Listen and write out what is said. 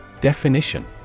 Definition